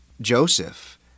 Joseph